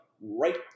right